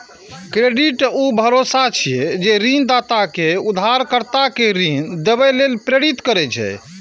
credit ऊ भरोसा छियै, जे ऋणदाता कें उधारकर्ता कें ऋण देबय लेल प्रेरित करै छै